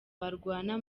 barwana